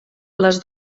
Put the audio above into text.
les